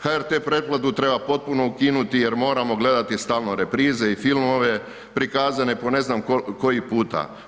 HRT pretplatu treba potpuno ukinuti jer moramo gledati stalno reprize i filmove prikazane po ne znam koji puta.